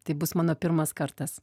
tai bus mano pirmas kartas